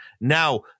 Now